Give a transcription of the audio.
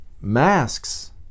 masks